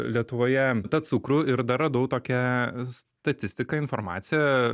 lietuvoje tą cukrų ir dar radau tokią statistiką informaciją